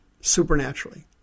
supernaturally